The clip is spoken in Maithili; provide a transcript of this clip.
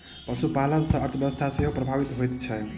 पशुपालन सॅ अर्थव्यवस्था सेहो प्रभावित होइत छै